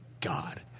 God